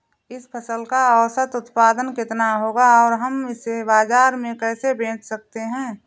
इस फसल का औसत उत्पादन कितना होगा और हम इसे बाजार में कैसे बेच सकते हैं?